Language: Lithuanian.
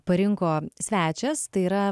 parinko svečias tai yra